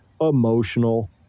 emotional